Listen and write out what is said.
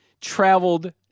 traveled